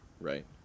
Right